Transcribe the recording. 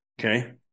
okay